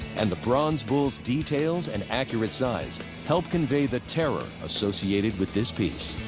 and the bronze bull's details and accurate size help convey the terror associated with this piece.